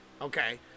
okay